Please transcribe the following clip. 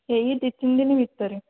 ଏଇ ଦୁଇ ତିନି ଦିନ ଭିତରେ